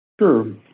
Sure